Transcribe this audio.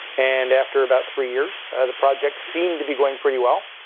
and after about three years, the project seemed to be going pretty well.